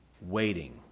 waiting